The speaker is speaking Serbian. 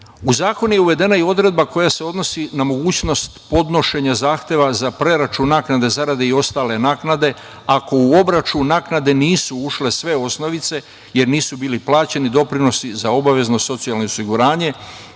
zakon je uvedena i odredba koja se odnosi na mogućnost podnošenja zahteva za preračun naknade zarade i ostale naknade ako u obračun naknade nisu ušle sve osnovice, jer nisu bili plaćeni doprinosi za obavezno socijalno osiguranje,